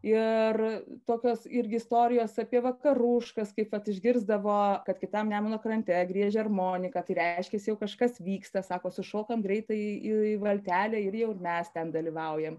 ir tokios irgi istorijos apie vakaruškas kaip vat išgirsdavo kad kitam nemuno krante griežia armonika tai reiškiasi kažkas vyksta sako sušokam greitai į valtelę ir jau ir mes ten dalyvaujam